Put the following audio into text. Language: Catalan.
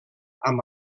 amb